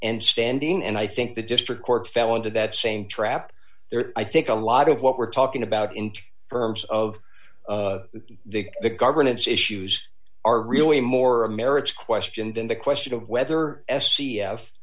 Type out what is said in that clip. and standing and i think the district court fell into that same trap there i think a lot of what we're talking about in terms of the the governance issues are really more a merits question than the question of whether s c